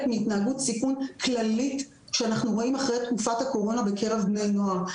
מהתנהגות סיכון כללית שאנחנו רואים אחרי תקופת הקורונה בקרב בני נוער,